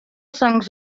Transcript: songs